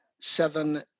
seven